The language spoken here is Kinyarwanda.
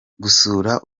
gusura